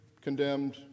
condemned